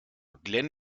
glenn